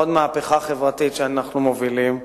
עוד מהפכה חברתית שאנחנו מובילים,